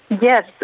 Yes